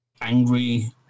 angry